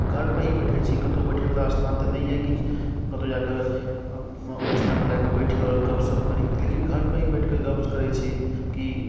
घरपर ही बैठै छी कतहु बैठैवला अस्थान तऽ नहि अइ कि कतौ जाऽ कऽ ओहि अस्थानपर जा कऽ बैठी आओर गपशप करी लेकिन घरपर ही बैठके गपशप करै छी कि